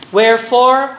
Wherefore